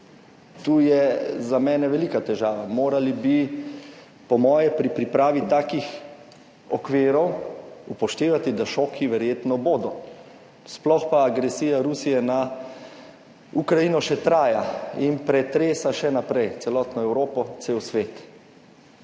Tu je za mene velika težava, morali bi po moje pri pripravi takih okvirov upoštevati, da šoki verjetno bodo, sploh pa agresija Rusije na Ukrajino še traja in pretresa še naprej celotno Evropo, cel svet.